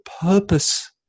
purpose